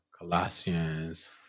Colossians